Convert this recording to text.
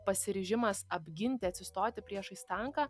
pasiryžimas apginti atsistoti priešais tanką